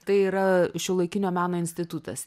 tai yra šiuolaikinio meno institutas